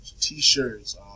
T-shirts